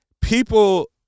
people